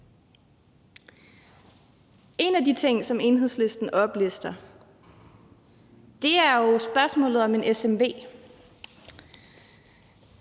En af de ting, som Enhedslisten oplister, er jo spørgsmålet om en smv.